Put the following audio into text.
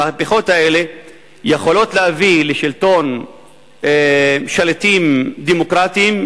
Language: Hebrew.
המהפכות האלה יכולות להביא לשלטון שליטים דמוקרטיים,